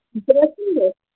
বুঝতে পেরেছেন তো